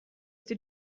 see